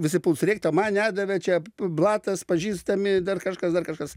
visi puls rėkt o man nedavė čia blatas pažįstami dar kažkas dar kažkas